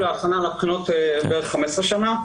אני נמצא בתחום של ההכנה לבחינות בערך 15 שנה.